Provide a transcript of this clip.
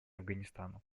афганистану